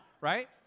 right